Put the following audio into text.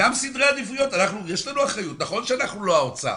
יש לנו אחריות, נכון שאנחנו לא האוצר,